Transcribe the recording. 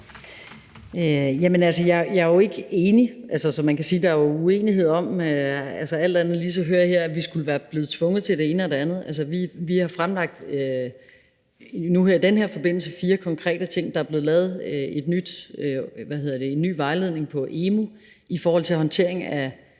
så man kan sige, at der er uenighed om det. Alt andet lige hører jeg her, at vi skulle være blevet tvunget til det ene og det andet. Altså, vi har i den her forbindelse fremlagt fire konkrete ting. Der er blevet lavet en ny vejledning på emu.dk om håndtering af